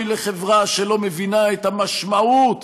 אוי לחברה שלא מבינה את המשמעות